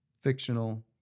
fictional